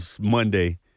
Monday